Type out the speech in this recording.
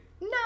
No